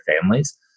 families